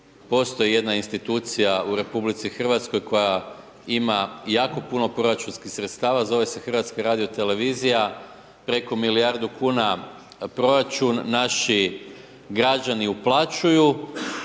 Postoji jedna institucija u RH koja ima jako puno proračunskih sredstava, zove se HRT, preko milijardu kuna proračun, naši građani uplaćuju,